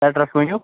address ؤنِو